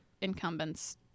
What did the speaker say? incumbents